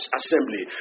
assembly